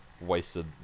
wasted